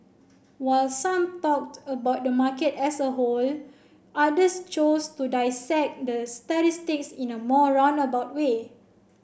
while some talked about the market as a whole others chose to dissect the statistics in a more roundabout way